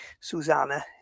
Susanna